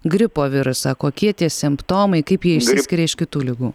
gripo virusą kokie tie simptomai kaip jie išsiskiria iš kitų ligų